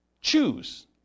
choose